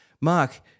Mark